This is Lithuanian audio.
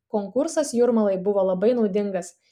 konkursas jūrmalai buvo labai naudingas